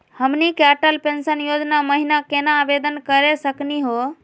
हमनी के अटल पेंसन योजना महिना केना आवेदन करे सकनी हो?